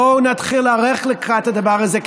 בואו נתחיל להיערך לקראת הדבר הזה,